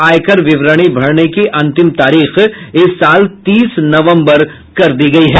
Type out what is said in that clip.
आयकर विवरणी भरने की अंतिम तारीख इस साल तीस नवंबर कर दी गई है